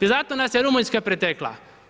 I zato nas je Rumunjska pretekla.